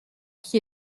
qui